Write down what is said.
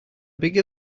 bigger